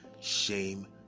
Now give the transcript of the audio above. Shame